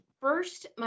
first